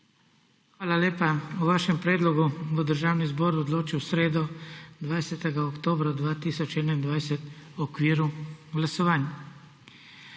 Hvala lepa. O vašem predlogu bo Državni zbor odločal v sredo, 20. oktobra 2021, v okviru glasovanj.